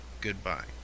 goodbye